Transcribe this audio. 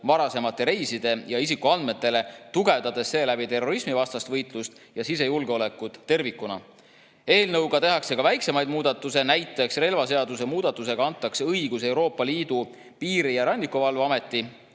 varasematele reisidele ja isikuandmetele, tugevdades seeläbi terrorismivastast võitlust ja sisejulgeolekut tervikuna. Eelnõuga tehakse ka väiksemaid muudatusi. Näiteks relvaseaduse muutmisega antakse Euroopa Liidu Piiri- ja Rannikuvalve Ameti